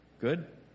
Good